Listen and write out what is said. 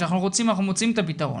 כשאנחנו רוצים אנחנו מוצאים את הפתרון.